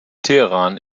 teheran